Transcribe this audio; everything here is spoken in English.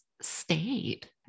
state